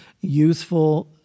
youthful